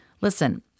Listen